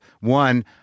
one